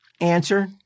answer